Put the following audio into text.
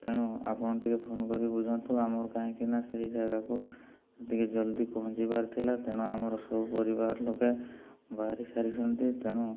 ତେଣୁ ଆପଣ ଟିକେ ଫୋନ୍ କରି ବୁଝନ୍ତୁ ଆମର କାହିଁକି ନା ସେଇ ଜାଗାକୁ ଟିକେ ଜଲ୍ଦି ପହଞ୍ଚି ବାରଥିଲା ତେଣୁ ଆମର ସବୁ ପରିବାର ଲୋକେ ବାହାରି ସାରିଛନ୍ତି ତେଣୁ